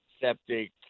septic